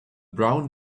brown